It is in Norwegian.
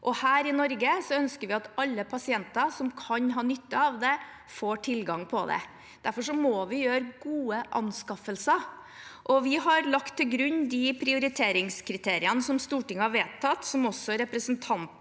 Her i Norge ønsker vi at alle pasienter som kan ha nytte av den, får tilgang på den. Derfor må vi foreta gode anskaffelser. Vi har lagt til grunn de prioriteringskriteriene som Stortinget har vedtatt, som også representanten